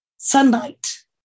Sunlight